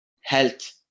health